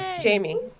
Jamie